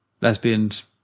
lesbians